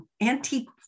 antique